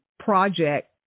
Project